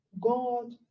God